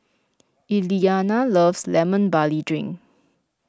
Elianna loves Lemon Barley Drink